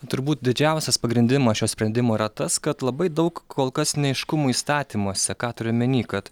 turbūt didžiausias pagrindimas šio sprendimo yra tas kad labai daug kol kas neaiškumų įstatymuose ką turi omeny kad